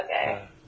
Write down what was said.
Okay